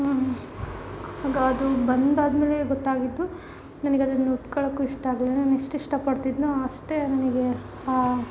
ಆಗ ಅದು ಬಂದಾದ ಮೇಲೆ ಗೊತ್ತಾಗಿದ್ದು ನನಿಗದನ್ನು ಉಟ್ಕೊಳ್ಳೊಕ್ಕೂ ಇಷ್ಟ ಆಗಲಿಲ್ಲ ನಾನು ಎಷ್ಟು ಇಷ್ಟಪಡ್ತಿದ್ದೆನೋ ಅಷ್ಟೇ ನನಗೆ ಆ